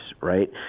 right